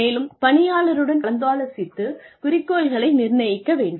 மேலும் பணியாளருடன் கலந்தாலோசித்து குறிக்கோள்களை நிர்ணயிக்க வேண்டும்